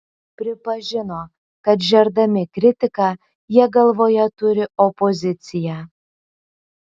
pripažino kad žerdami kritiką jie galvoje turi opoziciją